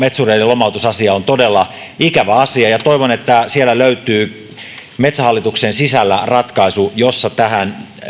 metsureiden lomautusasia on todella ikävä asia ja toivon että löytyy metsähallituksen sisällä ratkaisu jossa tähän